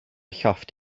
llofft